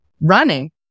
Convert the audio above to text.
running